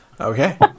Okay